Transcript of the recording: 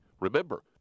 Remember